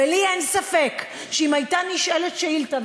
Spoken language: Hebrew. ולי אין ספק שאם הייתה נשאלת שאילתה,